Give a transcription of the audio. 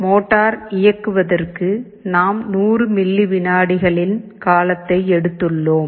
motor இயக்குவதற்கு நாம் 100 milli விநாடிகளின் காலத்தை எடுத்துள்ளோம்